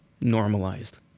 normalized